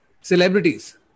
celebrities